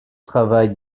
travail